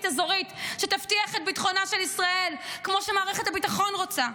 אזורית שתבטיח את ביטחונה של ישראל כמו שמערכת הביטחון רוצה.